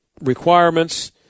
requirements